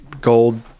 gold